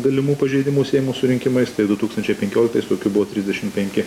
galimų pažeidimų siejamų su rinkimais tai du tūkstančiaipenkioliktis tokių buvo trisdešimt penki